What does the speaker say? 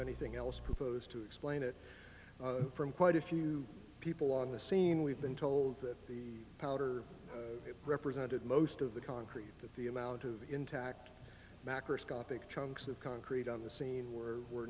anything else proposed to explain it from quite a few people on the scene we've been told that the powder represented most of the concrete that the amount of intact macroscopic chunks of concrete on the scene or were